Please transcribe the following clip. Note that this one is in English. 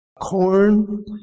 corn